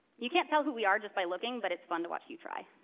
you can't tell who we are just by looking, but it's fun to watch you try.